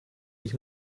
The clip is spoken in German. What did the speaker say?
ich